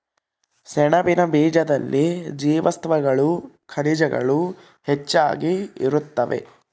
ಸೆಣಬಿನ ಬೀಜದಲ್ಲಿ ಜೀವಸತ್ವಗಳು ಖನಿಜಗಳು ಹೆಚ್ಚಾಗಿ ಇರುತ್ತವೆ